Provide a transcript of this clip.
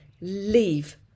leave